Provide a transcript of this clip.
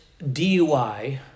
DUI